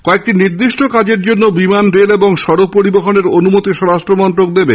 কয়েকটি নির্দিষ্ট কাজের জন্য বিমান রেল এবং সড়ক পরিবহণের অনুমতি স্বরাষ্ট্রমন্ত্রক দেবে